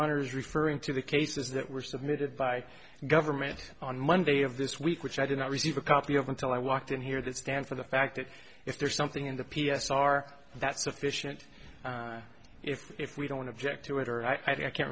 honour's referring to the cases that were submitted by government on monday of this week which i did not receive a copy of until i walked in here that stands for the fact that if there is something in the p s r that's sufficient if if we don't object to it or i can